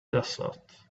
desert